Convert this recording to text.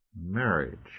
Marriage